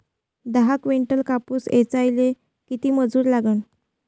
दहा किंटल कापूस ऐचायले किती मजूरी लागन?